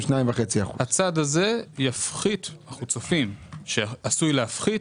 2.5%. צופים שהצעד הזה עשוי להפחית